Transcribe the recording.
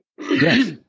Yes